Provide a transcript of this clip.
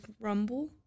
rumble